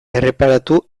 erreparatu